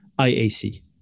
IAC